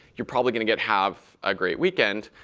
you're probably going to have a great weekend.